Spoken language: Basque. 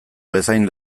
bezain